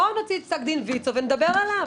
בואו נוציא את פסק דין ויצו ונדבר עליו.